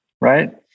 right